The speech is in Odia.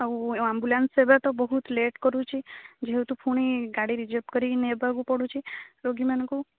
ଆଉ ଆମ୍ବୁଲାନ୍ସ ସେବା ତ ବହୁତ ଲେଟ୍ କରୁଛି ଯେହେତୁ ପୁଣି ଗାଡ଼ି ରିଜର୍ଭ କରିକି ନେବାକୁ ପଡ଼ୁଛି ରୋଗୀମାନଙ୍କୁ